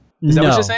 No